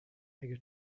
اگه